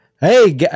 Hey